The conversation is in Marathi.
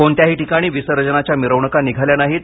कोणत्याही ठिकाणी विसर्जनाच्या मिरवणूका निघाल्या नाहीत